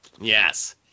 Yes